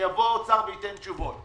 שיבוא האוצר וייתן תשובות.